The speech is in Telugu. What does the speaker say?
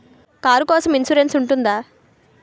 కారు కోసం ఇన్సురెన్స్ ఉంటుందా?